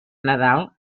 nadal